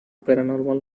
paranormal